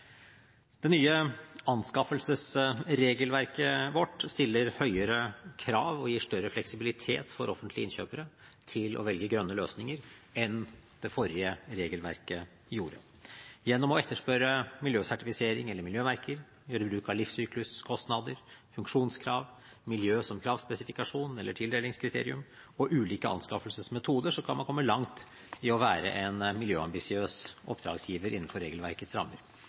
Det nye anskaffelsesregelverket vårt stiller høyere krav og gir større fleksibilitet for offentlige innkjøpere til å velge grønne løsninger enn det forrige regelverket gjorde. Gjennom å etterspørre miljøsertifisering eller miljømerker, gjøre bruk av livssykluskostnader, funksjonskrav, miljø som kravspesifikasjon eller tildelingskriterium samt ulike anskaffelsesmetoder kan man komme langt i å være en miljøambisiøs oppdragsgiver innenfor regelverkets rammer.